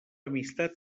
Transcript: amistat